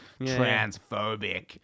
transphobic